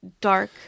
dark